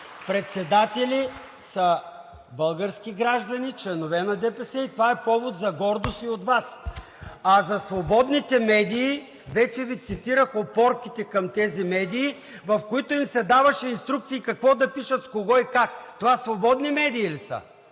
председатели са български граждани – членове на ДПС, и това е повод за гордост и от Вас. А за свободните медии, вече Ви цитирах опорките към тези медии, в които им се даваше инструкции какво да пишат, с кого и как. Това свободни медии ли са?